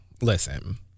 Listen